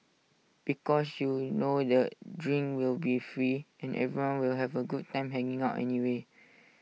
because you know that drinks will be free and everyone will have A good time hanging out anyway